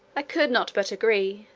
i could not but agree,